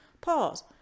Pause